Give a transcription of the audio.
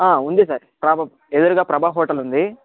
ఉంది సార్ ప్రాబబ్ ఎదురుగా ప్రబా హోటలుంది